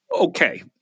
Okay